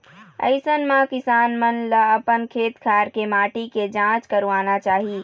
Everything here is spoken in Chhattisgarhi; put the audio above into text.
अइसन म किसान मन ल अपन खेत खार के माटी के जांच करवाना चाही